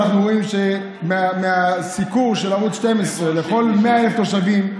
אנחנו רואים מהסיקור של ערוץ 12 שלכל 100,000 תושבים,